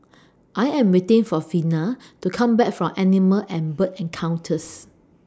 I Am waiting For Vina to Come Back from Animal and Bird Encounters